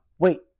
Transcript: Wait